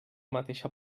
mateixa